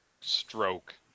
stroke